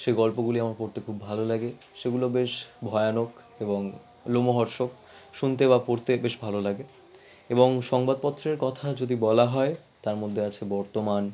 সেই গল্পগুলি আমার পড়তে খুব ভালো লাগে সেগুলো বেশ ভয়ানক এবং রোমহর্ষক শুনতে বা পড়তে বেশ ভালো লাগে এবং সংবাদপত্রের কথা যদি বলা হয় তার মধ্যে আছে বর্তমান